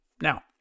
Now